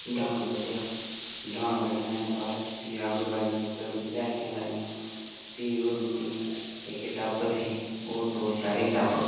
डाह्न कड्डेआ डाह्न कड्डने दे बाद 'च फ्ही अग्ग बाह्ली उत बसाठियां लाइयां फ्ही ओह् रुट्टी एह्के टप्प हे ओह् तोड़ चाढ़े टप्प